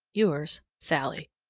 yours, sallie.